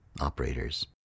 operators